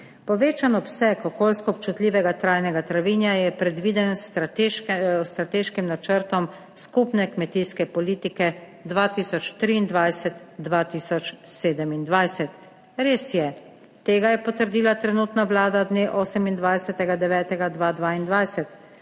Povečan obseg okolijsko občutljivega trajnega travinja je predviden s strateško strateškim načrtom skupne kmetijske politike 2023-2027. Res je, tega je potrdila trenutna Vlada dne 28. 9. 2022,